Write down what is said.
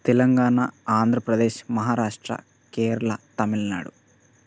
Telangana Andhra Pradesh Maharashtra Kerala Tamil Nadu